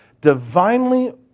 divinely